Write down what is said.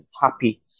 happy